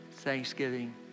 Thanksgiving